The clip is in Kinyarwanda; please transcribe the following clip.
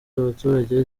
abaturage